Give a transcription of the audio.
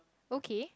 okay